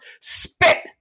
spit